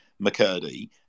McCurdy